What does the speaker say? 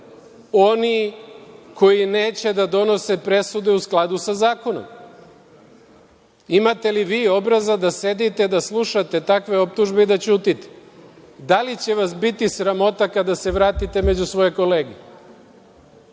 oni koji neće da donose presude u skladu sa zakonom. Imate li vi obraza da sedite, da slušate takve optužbe i da ćutite? Da li će vas biti sramota kada se vratite među svoje kolege,